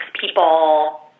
people